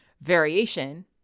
variation